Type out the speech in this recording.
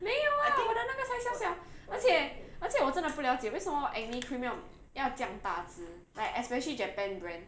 没有 ah 我的那个才小小而且而且我真的不了解为什么 acne cream 要要这样大只 like especially japan brand